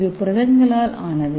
இது புரதங்களால் ஆனது